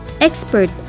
expert